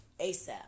ASAP